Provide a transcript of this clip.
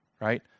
right